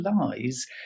lies